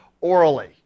orally